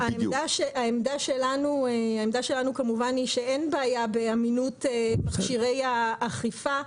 העמדה שלנו כמובן היא שאין בעיה באמינות מכשירי האכיפה.